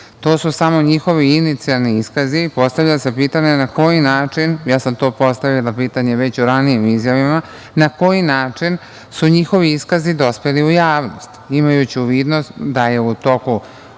To su samo njihovi inicijalni iskazi. Postavlja se pitanje na koji način, ja sam to postavila pitanje već u ranijim izjavama, na koji način su njihovi iskazi dospeli u javnost imajući u vidu da je u toku